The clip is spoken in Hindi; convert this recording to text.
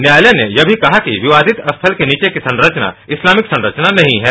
न्यायालय ने यह भी कहा कि विवादित रथल के नीचे की संरचना इस्तानिक संरचना नहीं है